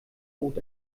bot